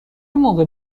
موقع